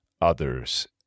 others